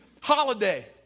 holiday